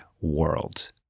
World